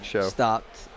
stopped